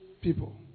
people